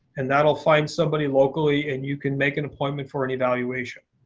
and that will find somebody locally. and you can make an appointment for an evaluation.